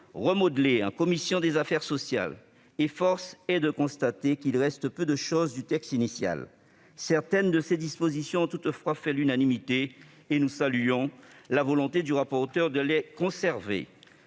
remodelé en commission des affaires sociales. Force est de constater qu'il reste bien peu de choses du texte initial. Certaines de ses dispositions ont toutefois fait l'unanimité, et nous saluons la volonté du rapporteur de les conserver.